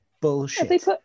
Bullshit